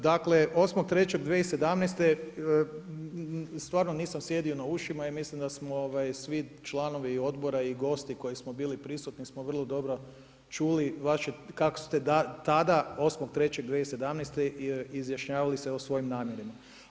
Dakle, 8.3.2017. stvarno nisam sjedio na ušima i mislim da smo svi članovi Odbora i gosti koji su bili prisutni smo vrlo dobro čuli kako ste tada 8.3.2017. izjašnjavali se o svojim namjerama.